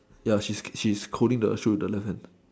ya she's she's holding the shoes the left hand